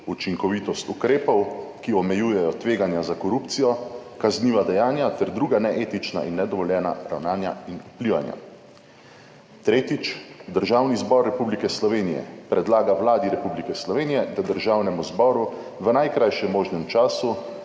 učinkovitost ukrepov, ki omejujejo tveganja za korupcijo, kazniva dejanja ter druga neetična in nedovoljena ravnanja in vplivanja. Tretjič. Državni zbor Republike Slovenije predlaga Vladi Republike Slovenije, da Državnemu zboru v najkrajšem možnem času